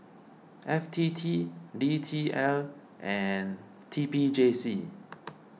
F T T D T L and T P J C